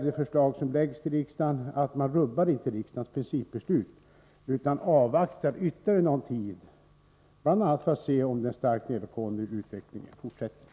Det förslag som läggs fram för riksdagen innebär att man inte rubbar riksdagens principbeslut, utan att man avvaktar ytterligare någon tid, bl.a. för att se om den starkt nedåtgående trenden fortsätter.